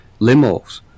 limos